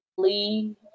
lee